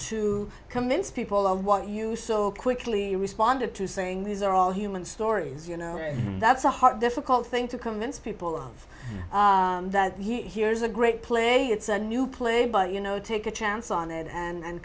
to convince people of what you so quickly responded to saying these are all human stories you know that's a hard difficult thing to convince people of that he hears a great play it's a new play but you know take a chance on it and